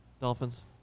dolphins